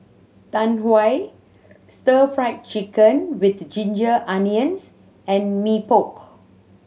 Tau Huay Stir Fry Chicken with ginger onions and Mee Pok